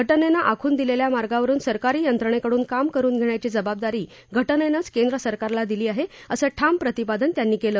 घटनेनं आखून दिलेल्या मार्गावरुन सरकारी यंत्रणेकडून काम करुन घेण्याची जबाबदारी घटनेनंच केंद्र सरकारला दिली आहे असं ठाम प्रतिपादन यांनी केलं